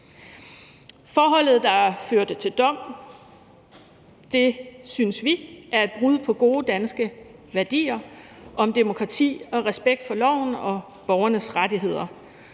Forholdet, der førte til dom, synes vi er et brud på gode danske værdier om demokrati, respekt for loven og borgernes rettigheder.